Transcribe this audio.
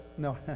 No